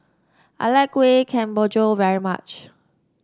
I like Kueh Kemboja very much